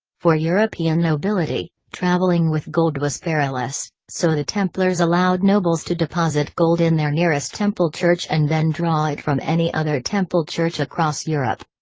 for european nobility, traveling with gold was perilous, so the templars allowed nobles to deposit gold in their nearest temple church and then draw it from any other temple church across europe.